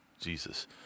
Jesus